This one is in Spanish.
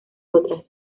otras